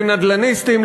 לנדלניסטים,